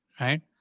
Right